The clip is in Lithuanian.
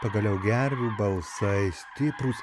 pagaliau gervių balsai stiprūs